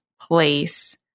place